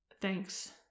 Thanks